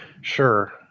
Sure